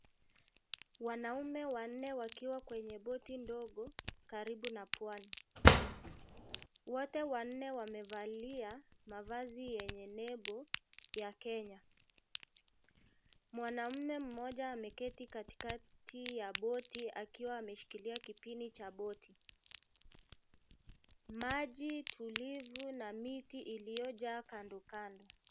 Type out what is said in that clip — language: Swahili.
Wanaume wanne wakiwa kwenye boti ndogo, karibu na pwani. Wote wanne wamevalia mavazi yenye nebo ya Kenya. Mwanaume mmoja ameketi katikati ya boti akiwa ameshkilia kipini cha boti. Majji tulivu na miti iliyojaa kandokando.